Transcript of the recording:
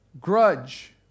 grudge